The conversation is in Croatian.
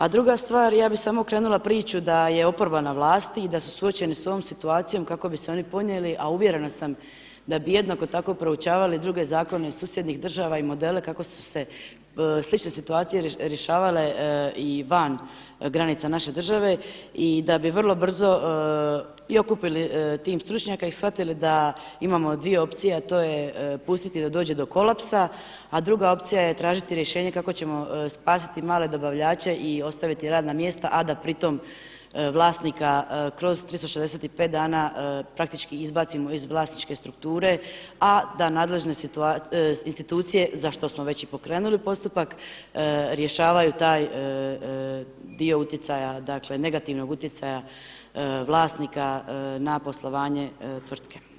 A druga stvar, ja bih samo okrenula priču da je oporba na vlasti i da su suočeni sa ovom situacijom kako bi se oni ponijeli a uvjerena sam da bi jednako tako proučavali druge zakone iz susjednih država i modele kako su se slične situacije rješavale i van granica naše države i da bi vrlo brzo i okupili tim stručnjaka i shvatili da imamo dvije opcije a to je pustiti da dođe do kolapsa a druga opcija je tražiti rješenje kako ćemo spasiti male dobavljače i ostaviti radna mjesta a da pri tome vlasnika kroz 365 dana praktički izbacimo iz vlasničke strukture a da nadležne institucije za što smo već i pokrenuli postupak rješavaju taj dio utjecaja dakle negativnog utjecaja vlasnika na poslovanje tvrtke.